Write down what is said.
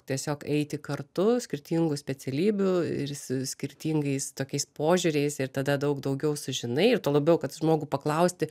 tiesiog eiti kartu skirtingų specialybių ir skirtingais tokiais požiūriais ir tada daug daugiau sužinai ir tuo labiau kad žmogų paklausti